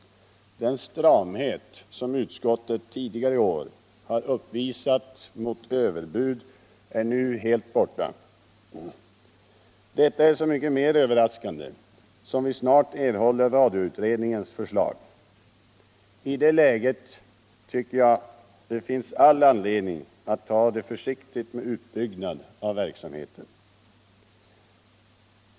Den stramhet som utskottet tidigare i år har uppvisat mot överbud är nu helt borta. Detta är så mycket mer överraskande som vi snart erhåller radioutredningens förslag. I det läget tycker jag att det finns all anledning att ta det försiktigt med utbyggnaden av verksamheten.